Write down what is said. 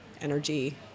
energy